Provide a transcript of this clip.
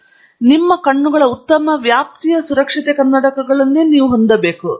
ಆದ್ದರಿಂದ ನಿಮ್ಮ ಕಣ್ಣುಗಳ ಉತ್ತಮ ವ್ಯಾಪ್ತಿಯ ಸುರಕ್ಷತೆ ಕನ್ನಡಕಗಳನ್ನು ನಾವು ಹೊಂದಿದ್ದೇವೆ